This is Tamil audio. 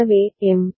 எனவே எம்